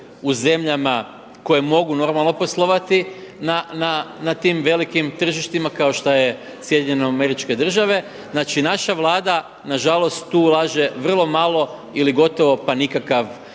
u zemljama koje mogu normalno poslovati na tim velikim tržištima kao što je SAD. Znači, naša Vlada na žalost tu ulaže vrlo malo ili gotovo pa nikav